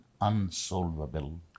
unsolvable